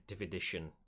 Edition